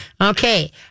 Okay